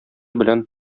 белән